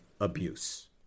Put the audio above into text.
abuse